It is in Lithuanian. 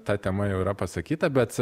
ta tema jau yra pasakyta bet